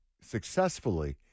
successfully